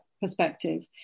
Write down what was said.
perspective